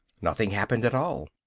nothing happened at all.